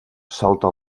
salta